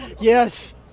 Yes